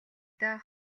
даа